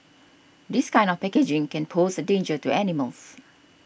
this kind of packaging can pose a danger to animals